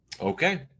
Okay